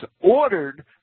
ordered